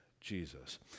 Jesus